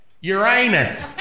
Uranus